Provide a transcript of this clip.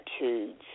attitudes